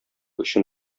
өчен